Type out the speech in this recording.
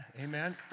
Amen